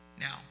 Now